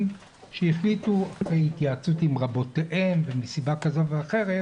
שהחליטו בהתייעצות עם רבותיהם ומסיבה כזו ואחרת